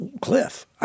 cliff